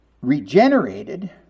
regenerated